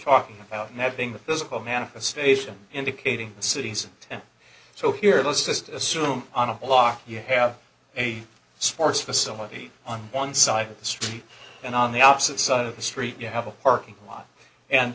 talking about that being the physical manifestation indicating cities and so here let's just assume on a law you have a sports facility on one side of the street and on the opposite side of the street you have a parking lot and